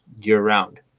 year-round